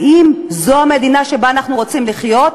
האם זו המדינה שבה אנחנו רוצים לחיות בה?